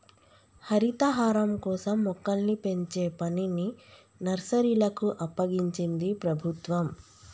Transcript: హరితహారం కోసం మొక్కల్ని పెంచే పనిని నర్సరీలకు అప్పగించింది ప్రభుత్వం